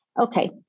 Okay